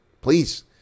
Please